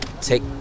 take